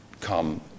come